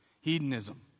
Hedonism